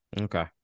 Okay